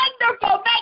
wonderful